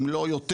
אם לא יותר,